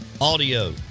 audio